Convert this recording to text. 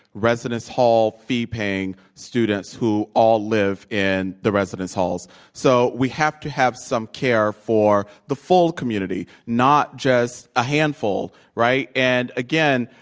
residence hall fee-paying students who all live in the residence halls. so, we have to have some care for the full community, not just a handful, right? and again,